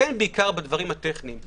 בעיקר בדברים הטכניים.